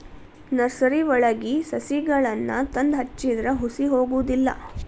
ನರ್ಸರಿವಳಗಿ ಸಸಿಗಳನ್ನಾ ತಂದ ಹಚ್ಚಿದ್ರ ಹುಸಿ ಹೊಗುದಿಲ್ಲಾ